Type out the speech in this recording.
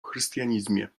chrystianizmie